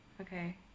Okay